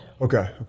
Okay